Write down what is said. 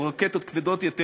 או רקטות כבדות יותר,